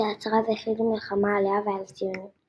ההצהרה והכריזו מלחמה עליה ועל הציונות.